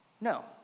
no